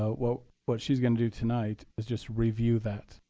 ah well, what she's going to do tonight is just review that.